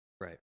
right